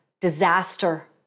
disaster